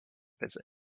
visit